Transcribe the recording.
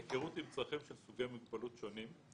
היכרות עם צרכים של סוגי מוגבלות שונים.